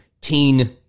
teen